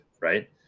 Right